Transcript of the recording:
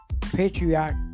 patriarch